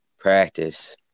Practice